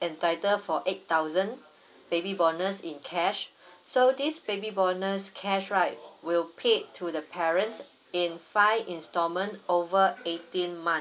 entitled for eight thousand baby bonus in cash so this baby bonus cash right will paid to the parents in five instalment over eighteen months